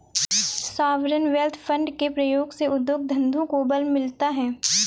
sovereign wealth fund के प्रयोग से उद्योग धंधों को बल मिलता है